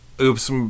oops